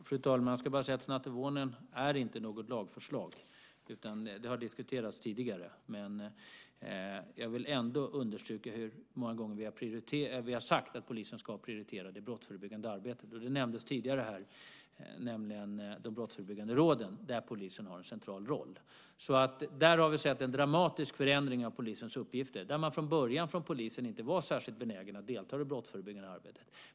Fru talman! Jag ska bara säga att snattofonen inte är något lagförslag. Den har diskuterats tidigare. Men jag vill ändå understryka hur många gånger vi har sagt att polisen ska prioritera det brottsförebyggande arbetet. Tidigare nämndes de brottsförebyggande råden, där polisen har en central roll. Där har vi sett en dramatisk förändring av polisens uppgifter. Från början var man från polisens sida inte särskilt benägen att delta i det brottsförebyggande arbetet.